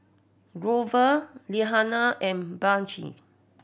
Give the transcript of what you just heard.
Grover Liana and Blanche